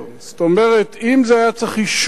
אם היה צריך אישור והוא היה מאשר,